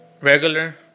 regular